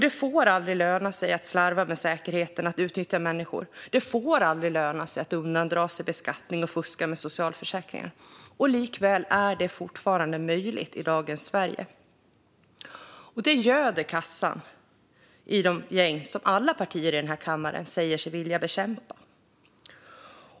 Det får aldrig löna sig att slarva med säkerheten och att utnyttja människor. Det får aldrig löna sig att undandra sig beskattning och fuska med socialförsäkringar. Likväl är det fortfarande möjligt i dagens Sverige. Detta göder kassan i de gäng som alla partier här i kammaren säger sig vilja bekämpa.